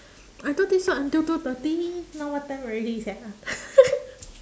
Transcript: I don't think so until two thirty now what time already sia